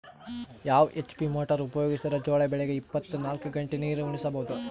ಯಾವ HP motor ಉಪಯೋಗಿಸಿದರ ಜೋಳ ಬೆಳಿಗ ಇಪ್ಪತ ನಾಲ್ಕು ಗಂಟೆ ನೀರಿ ಉಣಿಸ ಬಹುದು?